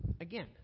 Again